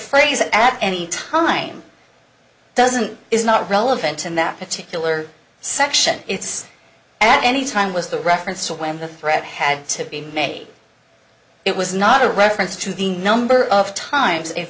phrase at any time doesn't is not relevant in that particular section it's at any time was the reference to when the threat had to be made it was not a reference to the number of times